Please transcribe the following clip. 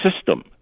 system